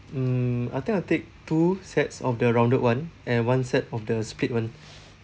mm I think I'll take two sets of the rounded [one] and one set of the split [one]